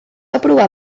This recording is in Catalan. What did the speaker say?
aprovar